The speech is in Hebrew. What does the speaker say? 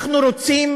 אנחנו רוצים